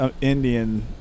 Indian